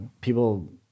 people